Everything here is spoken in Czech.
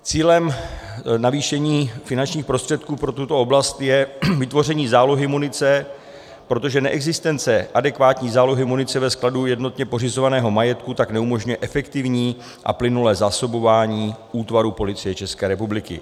Cílem navýšení finančních prostředků pro tuto oblast je vytvoření zálohy munice, protože neexistence adekvátní zálohy munice ve skladu jednotně pořizovaného majetku neumožňuje efektivní a plynulé zásobování útvarů Policie České republiky.